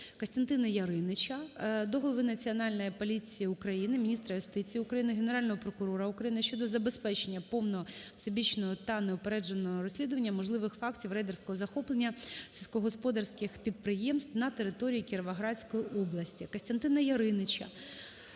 Костянтина Яриніча до Голови Національної поліції України, міністра юстиції України, Генерального прокурора України щодо забезпечення повного, всебічного та неупередженого розслідування можливих фактів рейдерського захоплення сільськогосподарських підприємств на території Кіровоградської області.